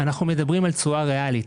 אנו מדברים על תשואה נורמלית.